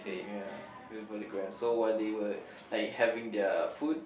ya do it for the gram so while they were like having their food